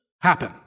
happen